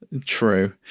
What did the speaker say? True